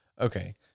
Okay